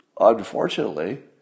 unfortunately